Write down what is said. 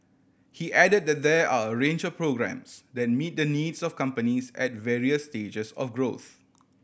he added that there are a range of programmes that meet the needs of companies at various stages of growth